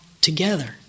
Together